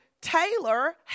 Taylor